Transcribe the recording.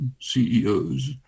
CEOs